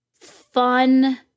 fun